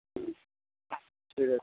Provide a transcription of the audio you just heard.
হুম ঠিক আছে